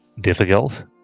difficult